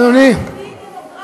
אני רוצה לענות,